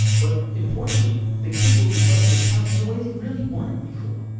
but importantly the kid will be held to account in a way they really weren't before.